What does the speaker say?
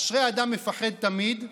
אשרי אדם מפחד תמיד,